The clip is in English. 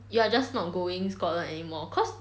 you're just not going scotland anymore cause